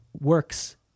works